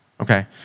okay